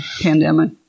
Pandemic